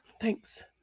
Thanks